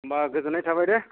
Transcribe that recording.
होनबा गोजोननाय थाबाय दे